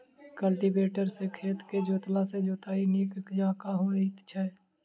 cultivator सॅ खेत के जोतला सॅ जोताइ नीक जकाँ होइत छै